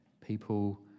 people